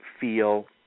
feel